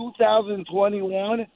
2021 –